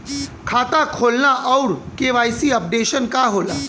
खाता खोलना और के.वाइ.सी अपडेशन का होला?